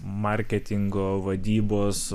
marketingo vadybos